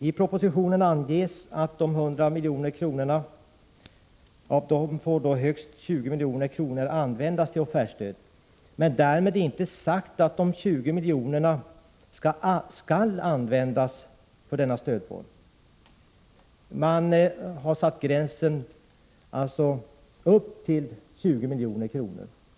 I propositionen anges att högst 20 milj.kr. av de 100 miljonerna får användas till offertstöd. Därmed är inte sagt att de 20 miljonerna skall användas för denna stödform. Man har satt gränsen där.